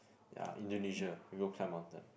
ya Indonesia we go climb mountain